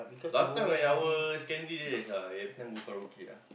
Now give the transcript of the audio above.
last time when our secondary days ah every time go Karaoke ah